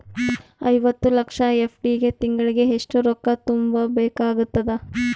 ಐವತ್ತು ಲಕ್ಷ ಎಫ್.ಡಿ ಗೆ ತಿಂಗಳಿಗೆ ಎಷ್ಟು ರೊಕ್ಕ ತುಂಬಾ ಬೇಕಾಗತದ?